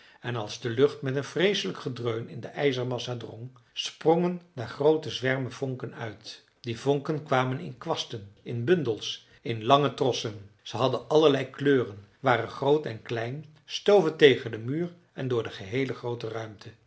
en als de lucht met een vreeselijk gedreun in de ijzermassa drong sprongen daar groote zwermen vonken uit de vonken kwamen in kwasten in bundels in lange trossen ze hadden allerlei kleuren waren groot en klein stoven tegen den muur en door de geheele groote ruimte